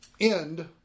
end